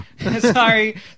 sorry